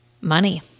money